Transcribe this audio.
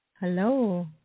Hello